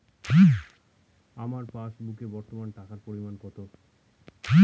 আমার পাসবুকে বর্তমান টাকার পরিমাণ কত?